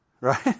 Right